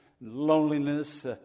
loneliness